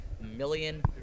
million